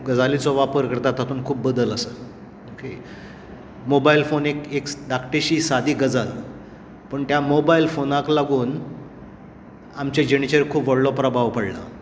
ज्या तरेन आमी आतां गजालींचो वापर करतात तातूंत खूब बदल आसा मोबायल फोन एक एक धाकटीशी सादी गजाल पूण त्या मोबायल फोनाक लागून आमचे जिणेचेर खूब व्हडलो प्रभाव पडला